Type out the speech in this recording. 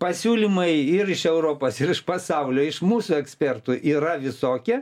pasiūlymai ir iš europos ir iš pasaulio iš mūsų ekspertų yra visokie